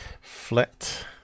flat